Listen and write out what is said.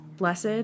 Blessed